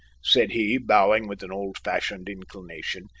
said he, bowing with an old-fashioned inclination.